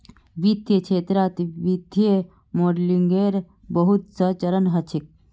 वित्तीय क्षेत्रत वित्तीय मॉडलिंगेर बहुत स चरण ह छेक